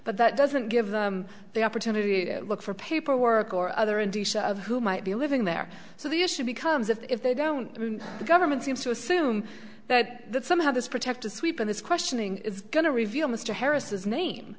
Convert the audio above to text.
but that doesn't give them the opportunity to look for paperwork or other inducer of who might be living there so the issue becomes if they don't the government seems to assume that somehow this protective sweep in this questioning is going to reveal mr harris his name